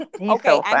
Okay